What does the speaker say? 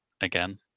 again